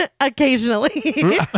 occasionally